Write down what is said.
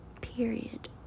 Period